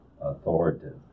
authoritative